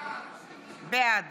בעד